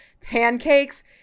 pancakes